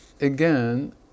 again